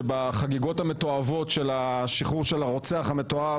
שבחגיגות המתועבות של השחרור של הרוצח המתועב,